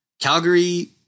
Calgary